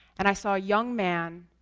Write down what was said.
and i saw a young man,